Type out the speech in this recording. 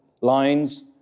lines